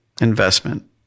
investment